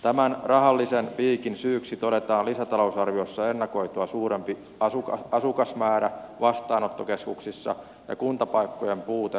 tämän rahallisen piikin syyksi todetaan lisätalousarviossa ennakoitua suurempi asukasmäärä vastaanottokeskuksissa ja kuntapaikkojen puute turvapaikanhakijoille